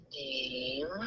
name